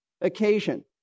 occasion